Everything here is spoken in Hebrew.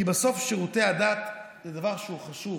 כי בסוף שירותי הדת זה דבר שהוא חשוב.